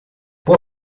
por